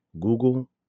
Google